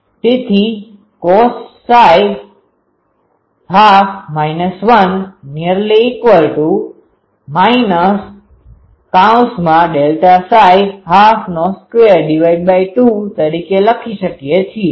તેથી cosΔ12 1≈ 1222 તરીકે લખી શકીએ છીએ